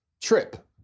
trip